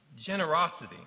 Generosity